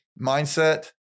mindset